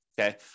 okay